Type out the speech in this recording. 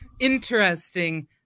interesting